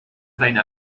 seine